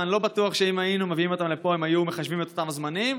ואני לא בטוח שאם היינו מביאים אותם לפה הם היו מחשבים את אותם הזמנים.